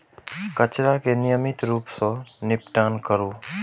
कचरा के नियमित रूप सं निपटान करू